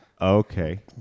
Okay